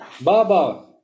Baba